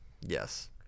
Yes